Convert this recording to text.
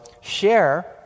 share